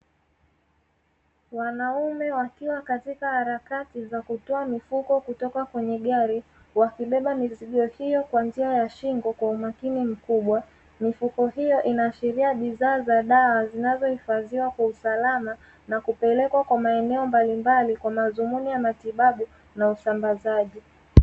Wanaume wakiwa katika harakati za kutoa mifuko kutoka kwenye gari wakibeba mizigo hiyo kwa njia ya shingo kwa umakini mkubwa. Mifuko hiyo inaashiria bidhaa za dawa zinazohifadhiwa kwa usalama na kupelekwa kwa maeneo mbalimbali kwa madhumuni ya matibabu na usambazaji.